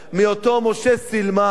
ממשה סילמן,